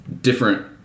different